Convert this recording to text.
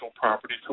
property